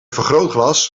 vergrootglas